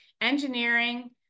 engineering